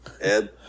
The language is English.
Ed